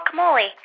guacamole